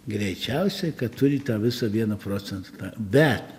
greičiausiai kad turi tą visą vieną procentą tą bet